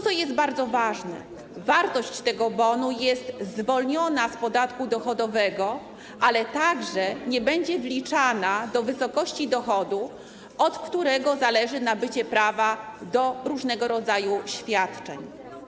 Co jest bardzo ważne, wartość tego bonu jest zwolniona z podatku dochodowego, ale także nie będzie wliczana do wysokości dochodu, od którego zależy nabycie prawa do różnego rodzaju świadczeń.